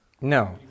no